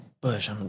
Bush